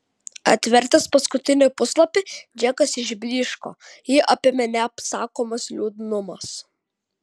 atvertęs paskutinį puslapį džekas išblyško jį apėmė neapsakomas liūdnumas